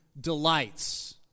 delights